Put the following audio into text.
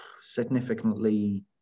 significantly